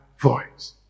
voice